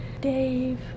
Dave